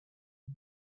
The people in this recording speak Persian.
جلو